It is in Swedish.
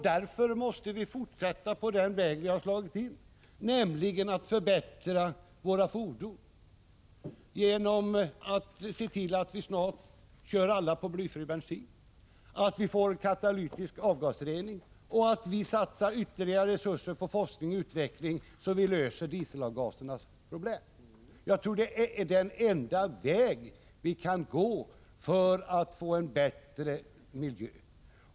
Därför måste vi fortsätta det förfarande som vi har påbörjat, nämligen att förbättra våra fordon genom att se till att vi snart kan köra alla fordon på blyfri bensin, att vi får katalytisk avgasrening och att vi satsar ytterligare resurser på forskning och utveckling, så att vi löser problemen med dieselavgaserna. Jag tror att detta är den enda metod vi kan välja för att få en bättre miljö.